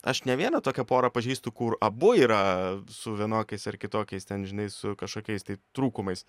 aš ne vieną tokią porą pažįstu kur abu yra su vienokiais ar kitokiais ten žinai su kažkokiais tai trūkumais